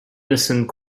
listened